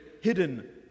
hidden